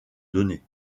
données